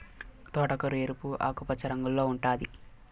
తోటకూర ఎరుపు, ఆకుపచ్చ రంగుల్లో ఉంటాది